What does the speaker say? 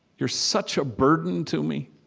you're such a burden to me